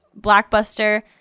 blockbuster